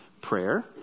prayer